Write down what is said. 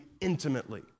intimately